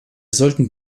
sollten